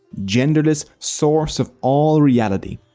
genderless, source of all reality.